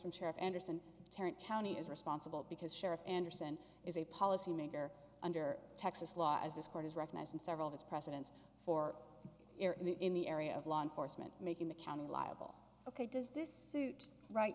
from sheriff anderson county is responsible because sheriff anderson is a policy maker under texas law as this court has recognized several of its precedents for in the area of law enforcement making the county liable ok does this suit right